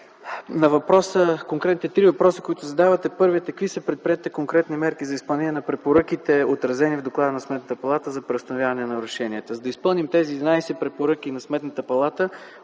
На трите конкретни въпроса, които задавате, първият от които: какви са предприетите конкретни мерки за изпълнение на препоръките, отразени в доклада на Сметната палата за преустановяване на нарушенията? За да изпълним тези 11 препоръки на Сметната палата,